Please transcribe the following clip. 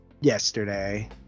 yesterday